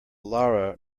lara